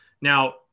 Now